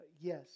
Yes